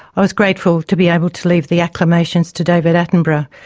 i was grateful to be able to leave the acclamations to david attenborough,